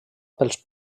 pels